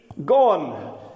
Gone